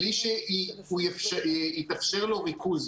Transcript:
בלי שיתאפשר לו ריכוז.